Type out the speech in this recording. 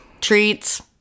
treats